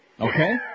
Okay